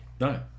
No